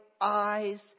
eyes